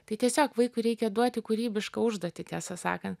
tai tiesiog vaikui reikia duoti kūrybišką užduotį tiesą sakant